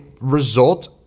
result